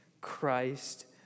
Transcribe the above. Christ